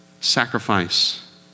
sacrifice